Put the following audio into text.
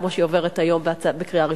כמו שהיא עוברת היום בקריאה ראשונה.